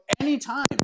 anytime